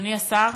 אדוני השר,